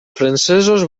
francesos